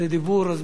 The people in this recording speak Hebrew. אז בבקשה,